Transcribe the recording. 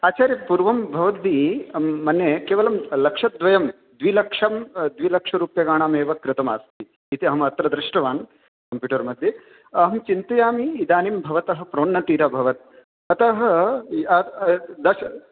आचार्य पूर्वं भवद्भिः मन्ये केवलं लक्षद्वयं द्विलक्षं द्विलक्षरूप्यकाणामेव कृतमासीत इति अहम् अत्र दृष्टवान् कम्प्यूटर्मध्ये अहं चिन्तयामि इदानीं भवतः प्रोन्नतिरभवत् अतः दश्